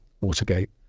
Watergate